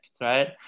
right